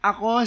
Ako